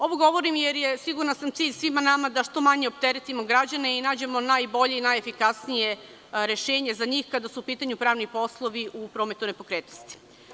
Ovo govorim jer je sigurna sam cilj svima nama da što manje opteretimo građane i nađemo najbolje i najefikasnije rešenje za njih kada su u pitanju pravni poslovi u prometu nepokretnosti.